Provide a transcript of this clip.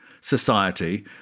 Society